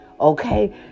Okay